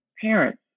parents